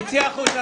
תצאי החוצה בבקשה.